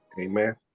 Amen